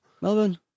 Melbourne